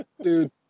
Dude